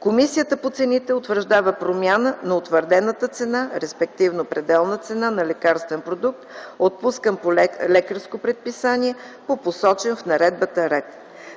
Комисията по цените утвърждава промяна на утвърдената цена, респективно пределна цена, на лекарствен продукт, отпускан по лекарско предписание по посочен в наредбата ред.